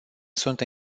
sunt